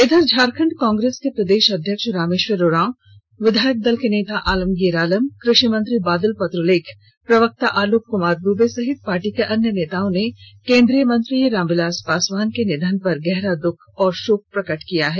इधर झारखंड कांग्रेस के प्रदेश अध्यक्ष रामेश्वर उरांव विधायक दल के नेता आलमगीर आलम कृषि मंत्री बादल पत्रलेख प्रवक्ता आलोक कुमार दूबे सहित पार्टी के अन्य नेताओं ने केन्द्रीय मंत्री राम विलास पासवान के निधन पर गहरा दुख एवं शोक प्रकट किया है